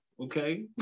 Okay